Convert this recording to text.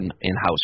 in-house